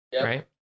right